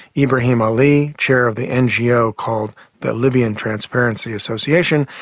ibrahim ali, chair of the ngo called the libyan transparency association,